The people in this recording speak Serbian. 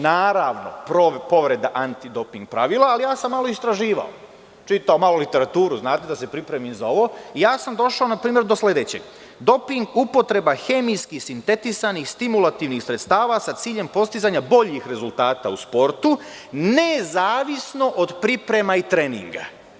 Naravno, povreda antidoping pravila, ali ja sam malo istraživao, čitao malo literaturu da se pripremim za ovo i došao sam do sledećeg - doping upotreba hemijski sintetisanih stimulativnih sredstava sa ciljem postizanja boljih rezultata u sportu nezavisno od priprema i treninga.